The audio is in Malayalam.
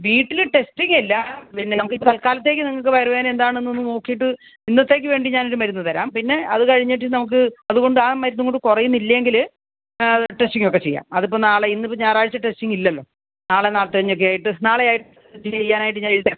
വീട്ടിൽ ടെസ്റ്റിംഗ് ഇല്ല പിന്നെ നമുക്കിപ്പോൾ തൽക്കാലത്തേക്ക് നിങ്ങൾക്ക് വയറുവേദന എന്താണെന്നൊന്നു നോക്കിയിട്ട് ഇന്നത്തേക്ക് വേണ്ടി ഞാനൊരു മരുന്ന് തരാം പിന്നെ അതുകഴിഞ്ഞിട്ട് നമുക്ക് അതുകൊണ്ട് ആ മരുന്ന് കൊണ്ട് കുറയുന്നില്ലെങ്കിൽ ടെസ്റ്റിംഗ് ഒക്കെ ചെയ്യാം അതിപ്പോൾ നാളെ ഇന്നിപ്പോൾ ഞായറാഴ്ച ടെസ്റ്റിംഗ് ഇല്ലല്ലോ നാളെ നാളെക്കഴിഞ്ഞൊക്കെയായിട്ട് നാളെ ആയിട്ട് ചെയ്യാനായിട്ട് ഞാനെഴുതിത്തരാം